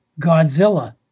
Godzilla